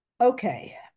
okay